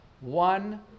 one